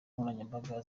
nkoranyambaga